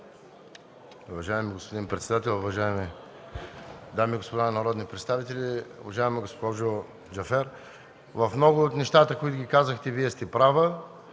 Уважаеми господин председател, уважаеми дами и господа народни представители! Уважаема госпожо Джафер, в много от нещата, които казахте, сте права.